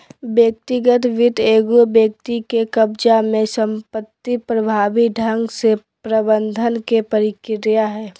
व्यक्तिगत वित्त एगो व्यक्ति के कब्ज़ा में संपत्ति प्रभावी ढंग से प्रबंधन के प्रक्रिया हइ